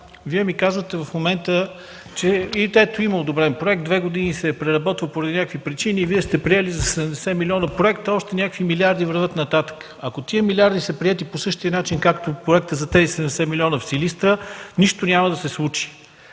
Вие ми казвате в момента, че – ето, има одобрен проект, две години се е преработвал, поради някакви причини и Вие сте приели за 70 милиона проекти, още някакви милиарди вървят нататък. Ако тези милиарди са приети по същия начин, както и проекта за тези 70 милиона в Силистра, нищо няма да се случи!